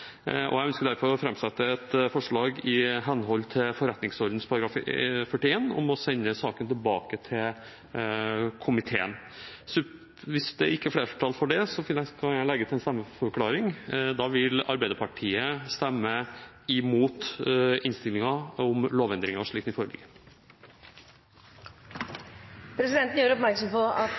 Jeg ønsker derfor å framsette et forslag i henhold til forretningsordenen § 41 om å sende saken tilbake til komiteen. Hvis det ikke er flertall for det, kan jeg legge til en stemmeforklaring. Da vil Arbeiderpartiet stemme imot innstillingen om lovendringen slik den foreligger. Presidenten gjør oppmerksom på at